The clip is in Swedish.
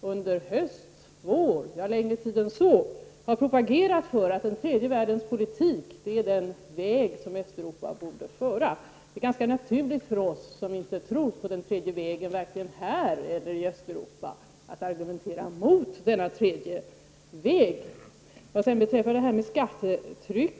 under hösten och våren — ja, sedan ännu längre tid tillbaka — har propagerat för att Östeuropa borde föra den tredje vägens politik. Det är ganska naturligt för oss som inte tror på den tredje vägens politik, varken här eller i Östeuropa, att argumentera mot denna politik.